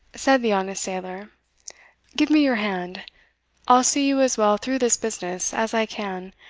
said the honest sailor give me your hand i'll see you as well through this business as i can,